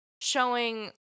showing